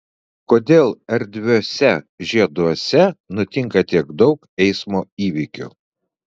kodėl erdviuose žieduose nutinka tiek daug eismo įvykių